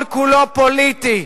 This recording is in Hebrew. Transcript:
כל כולו פוליטי.